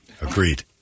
Agreed